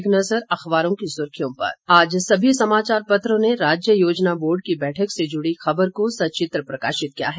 एक नज़र अखबारों की सुर्खियों पर आज सभी समाचार पत्रों ने राज्य योजना बोर्ड की बैठक से जुड़ी खबर को सचित्र प्रकाशित किया है